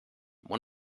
one